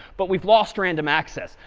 but we've lost random access.